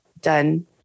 done